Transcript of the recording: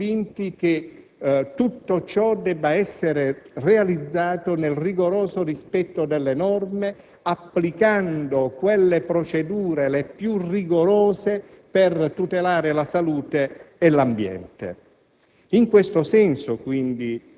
tuttavia, che tutto ciò debba essere realizzato nel rigoroso rispetto delle norme, applicando le procedure più rigorose per tutelare la salute e l'ambiente.